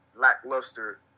lackluster